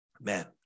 Man